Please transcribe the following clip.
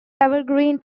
evergreen